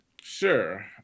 Sure